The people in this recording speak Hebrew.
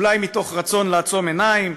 אולי מתוך רצון לעצום עיניים,